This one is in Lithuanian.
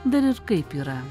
dar ir kaip yra